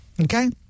Okay